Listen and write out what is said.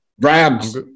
Rams